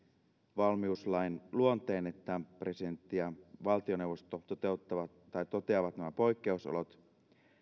valmiuslain luonteen presidentti ja valtioneuvosto toteavat nämä poikkeusolot